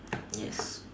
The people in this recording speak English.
yes